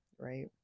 right